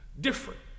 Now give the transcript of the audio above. different